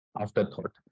afterthought